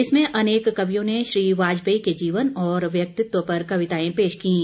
इसमें अनेक कवियों ने श्री वाजपेयी के जीवन और व्यक्तित्व पर कविताएं पेश कीं